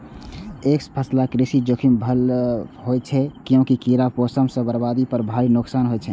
एकफसला कृषि जोखिम भरल होइ छै, कियैकि कीड़ा, मौसम सं बर्बादी पर भारी नुकसान होइ छै